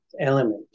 element